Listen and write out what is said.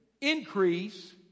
increase